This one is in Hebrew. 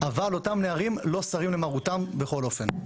אבל אותם נערים לא סרים למרותם בכל אופן.